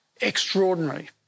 extraordinary